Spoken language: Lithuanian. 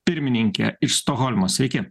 pirmininkė iš stokholmo sveiki